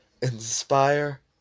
inspire